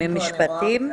אני רואה אותה.